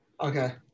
Okay